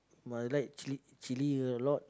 must like chili chili a lot